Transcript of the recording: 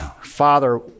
Father